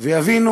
ויבינו